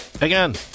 Again